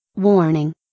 Warning